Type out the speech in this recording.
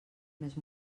més